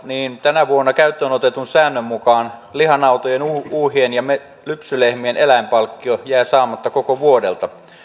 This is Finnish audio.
tänä vuonna käyttöön otetun säännön mukaan lihanautojen uuhien ja lypsylehmien eläinpalkkiot jäävät saamatta koko vuodelta